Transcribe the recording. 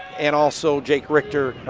and also jake richter,